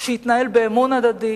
שהתנהל באמון הדדי,